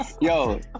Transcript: yo